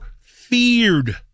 feared